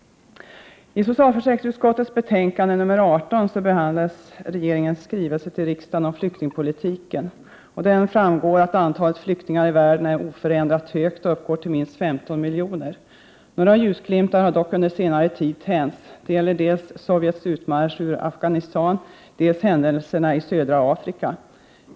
I socialförsäkringsutskottets betänkande nr 18 behandlas regeringens skrivelse till riksdagen om flyktingpolitiken. Av denna framgår att antalet flyktingar i världen är oförändrat högt och uppgår till minst 15 miljoner. Några ljusglimtar har dock under senare tid tänts. Det gäller dels Sovjets utmarsch ur Afghanistan, dels händelserna i södra Afrika.